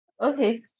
Okay